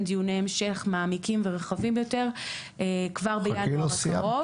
דיוני המשך מעמיקים ורחבים יותר כבר בינואר הקרוב.